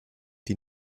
die